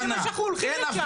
וזה מה שאנחנו הולכים לשם.